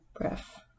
breath